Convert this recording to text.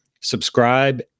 subscribe